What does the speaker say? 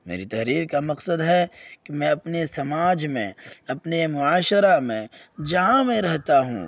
میری تحریر کا مقصد ہے کہ میں اپنے سماج میں اپنے معاشرہ میں جہاں میں رہتا ہوں